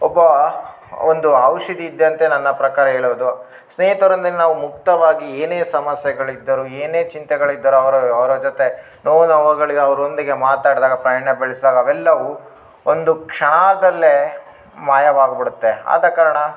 ಒಬ್ಬ ಒಂದು ಔಷಧಿ ಇದ್ದಂತೆ ನನ್ನ ಪ್ರಕಾರ ಹೇಳೋದು ಸ್ನೇಹಿತರು ನಿನ್ನ ಮುಕ್ತವಾಗಿ ಏನೇ ಸಮಸ್ಯೆಗಳಿದ್ದರು ಏನೇ ಚಿಂತೆಗಳಿದ್ದರು ಅವರ ಅವರ ಜೊತೆ ನೋವು ನೋವುಗಳಿಗೆ ಅವರೊಂದಿಗೆ ಮಾತಾಡಿದಾಗ ಪಯಣ ಬೆಳೆಸ್ದಾಗ ಅವೆಲ್ಲವು ಒಂದು ಕ್ಷಣದಲ್ಲೇ ಮಾಯವಾಗ್ಬಿಡುತ್ತೆ ಆದ ಕಾರಣ